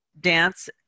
dance